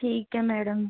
ठीक है मैडम